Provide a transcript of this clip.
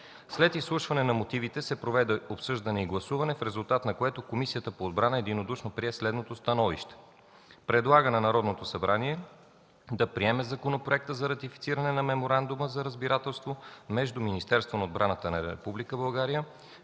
След изслушването на мотивите се проведе обсъждане и гласуване, в резултат на което Комисията по отбрана единодушно прие следното становище: Предлага на Народното събрание да приеме Законопроект за ратифициране на Меморандума за разбирателство между Министерството на отбраната на